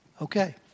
Okay